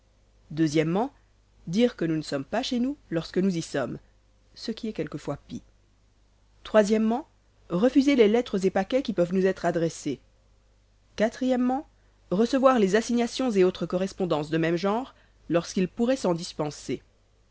o dire que nous ne sommes pas chez nous lorsque nous y sommes o refuser les lettres et paquets qui peuvent nous être adressés o recevoir les assignations et autres correspondances de même genre lorsqu'ils pourraient s'en dispenser